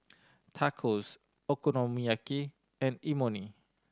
Tacos Okonomiyaki and Imoni